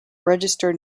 registered